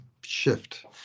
shift